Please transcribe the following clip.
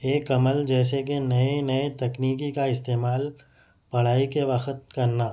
ایک عمل جیسے کہ نئے نئے تکنیکی کا استعمال پڑھائی کے وقت کرنا